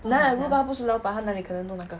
!hanna! 如果她不是老板她哪里可能做那个